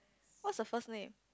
what's her first name